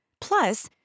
Plus